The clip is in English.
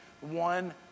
one